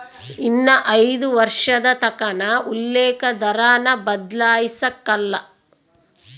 ಇನ್ನ ಐದು ವರ್ಷದತಕನ ಉಲ್ಲೇಕ ದರಾನ ಬದ್ಲಾಯ್ಸಕಲ್ಲ